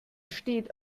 steht